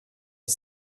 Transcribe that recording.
les